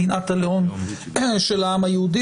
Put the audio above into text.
מדינת הלאום של העם היהודי,